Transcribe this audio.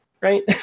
Right